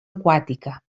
aquàtica